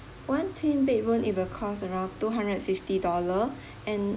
one twin bedroom it will cost around two hundred and fifty dollar